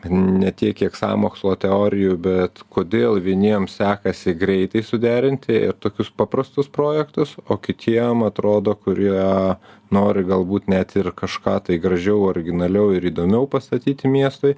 ne tiek kiek sąmokslo teorijų bet kodėl vieniems sekasi greitai suderinti ir tokius paprastus projektus o kitiem atrodo kurie nori galbūt net ir kažką tai gražiau originaliau ir įdomiau pastatyti miestui